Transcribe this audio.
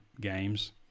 games